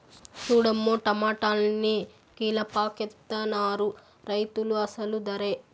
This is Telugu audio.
సూడమ్మో టమాటాలన్ని కీలపాకెత్తనారు రైతులు అసలు దరే